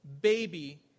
baby